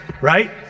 right